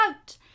out